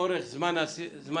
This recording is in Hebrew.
אורך זמני ההסעה.